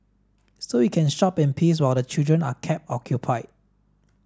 so you can shop in peace while the children are kept occupied